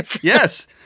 Yes